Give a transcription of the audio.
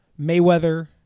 Mayweather